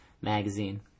magazine